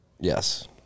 Yes